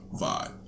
vibe